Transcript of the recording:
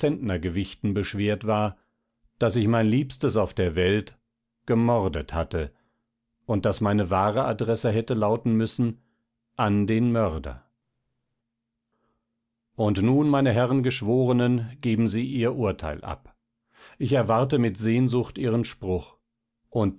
zentnergewichten beschwert war daß ich mein liebstes auf der welt gemordet hatte und daß meine wahre adresse hätte lauten müssen an den mörder und nun meine herren geschworenen geben sie ihr urteil ab ich erwarte mit sehnsucht ihren spruch und